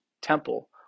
temple